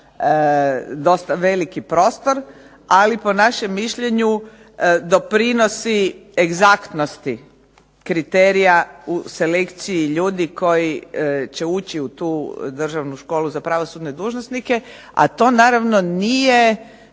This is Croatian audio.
dosta veliki prostor, ali po našem mišljenju doprinosi egzaktnosti kriterija u selekciji ljudi koji će ući u tu Državnu školu za pravosudne dužnosnike, a to naravno nije